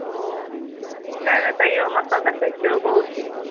हँ नहि तैंयो हम अपन देखै छीयै ओ बहुत दिन